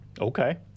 Okay